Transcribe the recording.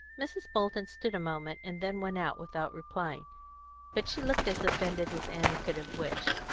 mrs. bolton stood a moment, and then went out without replying but she looked as offended as annie could have wished.